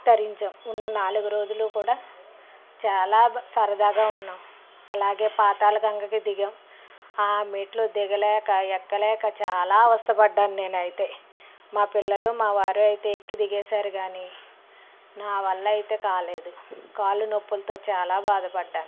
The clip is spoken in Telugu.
తరించాం ఉన్న నాలుగు రోజులు కూడా చాలా బా సరదాగా ఉన్నాం అలాగే పాతాళగంగకి దిగాం ఆ మెట్లు దిగలేక ఎక్కలేక చాలా అవస్థ పడ్డాను నేను అయితే మా పిల్లలు మా వారు అయితే ఎక్కి దిగేసారు కానీ నా వల్ల అయితే కాలేదు కాళ్ళు నొప్పులతో చాలా బాధపడ్డాను